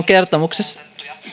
kertomuksessa